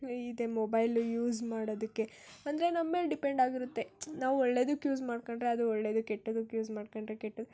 ಇದೆ mobile use ಮಾಡೋದಕ್ಕೆ ಅಂದರೆ ನಮ್ಮ ಮೇಲೆ ಡಿಪೆಂಡ್ ಆಗಿರುತ್ತೆ ನಾವು ಒಳ್ಳೆದಕ್ಕೆ ಯೂಸ್ ಮಾಡ್ಕೊಂಡ್ರೆ ಅದು ಒಳ್ಳೆಯದು ಕೆಟ್ಟದಕ್ಕೆ ಯೂಸ್ ಮಾಡ್ಕೊಂಡ್ರೆ ಕೆಟ್ಟದ್ದು